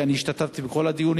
כי אני השתתפתי בכל הדיונים,